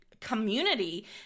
community